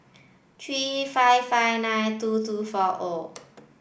three five five nine two two four O